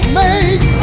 make